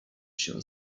się